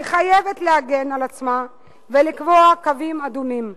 היא חייבת להגן על עצמה ולקבוע קווים אדומים.